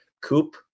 Coop